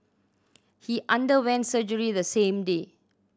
he underwent surgery the same day